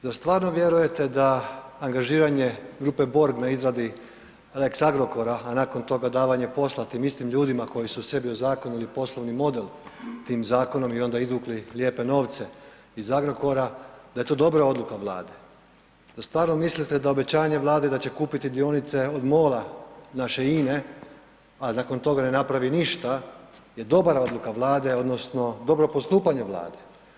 Zar stvarno vjerujete da angažiranje grupe Borg na izradi lex Agrokora, a nakon toga davanje posla tim istim ljudima koji su sebi u zakonu ili poslovni model tim zakonom i onda izvukli lijepe novce iz Agrokora, da je to dobra odluka Vlade, dal stvarno mislite da obećanje Vlade da će kupiti dionice od MOL-a naše INE, a nakon toga ne napravi ništa, je dobra odluka Vlade odnosno dobro postupanje Vlade?